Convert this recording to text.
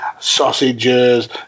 Sausages